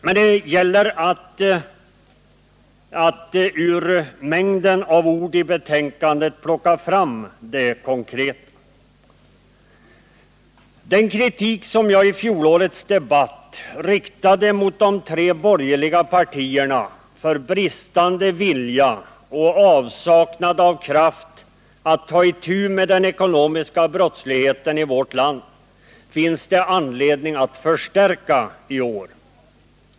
Men det gäller att ur mängden av ord i betänkandet plocka fram det konkreta. Den kritik som jag i fjolårets debatt riktade mot de tre borgerliga partierna för bristande vilja och avsaknad av kraft att ta itu med den ekonomiska brottsligheten i vårt land finns det anledning att förstärka i år.